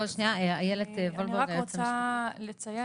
אני רק רוצה לציין,